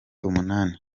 umunani